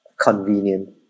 convenient